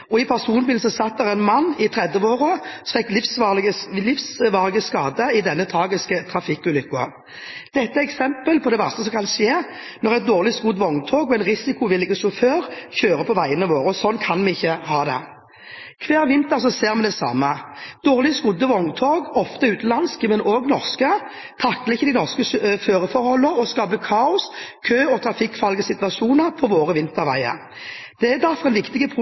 I personbilen satt det en mann i 30-årene, som fikk livsvarige skader i denne tragiske trafikkulykken. Dette er et eksempel på det verste som kan skje når et dårlig skodd vogntog og en risikovillig sjåfør kjører på veiene våre. Slik kan vi ikke ha det. Hver vinter ser vi det samme – dårlig skodde vogntog, ofte utenlandske, men også norske, takler ikke de norske føreforholdene og skaper kaos, kø og trafikkfarlige situasjoner på våre vinterveier. Det er derfor en viktig